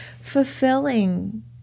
fulfilling